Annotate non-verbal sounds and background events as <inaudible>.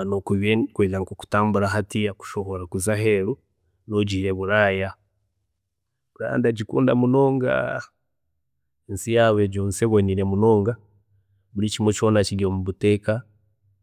<hesitation> Nokubiire ndikwenda kutambura hatiya kushohora kuza aheeru nogiire Buraaya, Buraaya ndagikunda munonga, ensi yaabo egyo nsi eboniire munonga buri kimwe kyoona kiri omubuteeka,